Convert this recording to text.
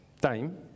time